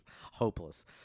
Hopeless